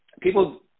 people –